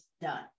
done